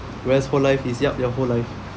whereas whole life is yup your whole life